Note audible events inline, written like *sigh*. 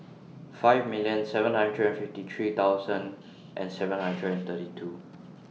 five million seven hundred fifty three thousand and seven hundred *noise* and thirty two *noise*